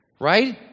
Right